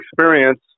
experience